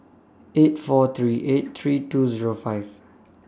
eight four three eight three two Zero five